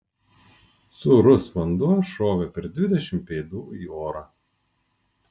sūrus vanduo šovė per dvidešimt pėdų į orą